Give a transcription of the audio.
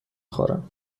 خورم